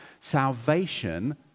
Salvation